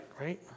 right